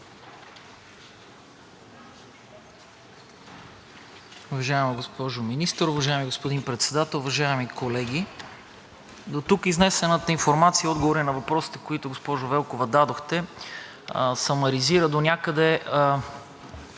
Уважаема госпожо Министър, уважаеми господин Председател, уважаеми колеги! Дотук изнесената информация отговаря на въпросите, които, госпожо Велкова, дадохте, самаризира донякъде